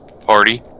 Party